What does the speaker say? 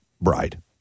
bride